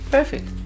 Perfect